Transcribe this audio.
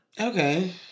Okay